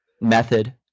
method